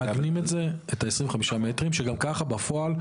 מעגלים את ה-25 מ"ר, שגם ככה בפועל,